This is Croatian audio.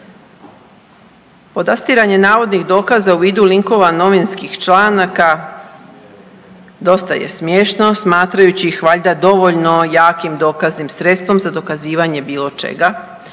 Podastiranje navodnih dokaza u vidu linkova novinskih članaka dosta je smiješno smatrajući ih valjda dovoljno jakim dokaznim sredstvom za dokazivanje bilo čega,